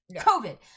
COVID